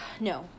no